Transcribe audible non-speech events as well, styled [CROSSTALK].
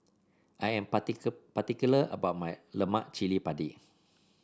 I am [UNINTELLIGIBLE] particular about my Lemak Cili Padi